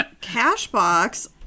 Cashbox